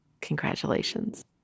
congratulations